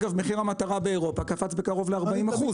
מחיר המטרה באירופה קפץ קרוב ל-40%.